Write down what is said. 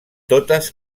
totes